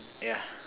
yeah